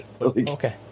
Okay